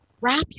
Wrap